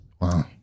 wow